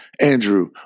Andrew